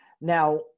Now